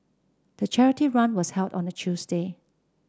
the charity run was held on a Tuesday